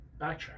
Backtrack